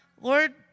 Lord